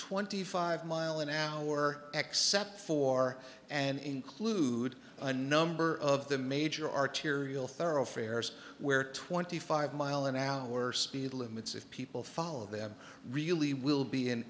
twenty five mile an hour except for an include a number of the major arterial thoroughfares where twenty five mile an hour speed limits if people follow them really will be an